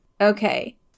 Okay